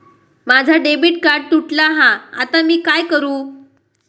माझा debit card तुटला हा आता मी काय करू?